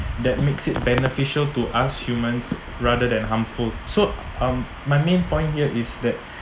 that makes it beneficial to us humans rather than harmful so u~ um my main point here is that